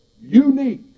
unique